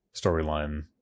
storyline